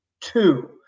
two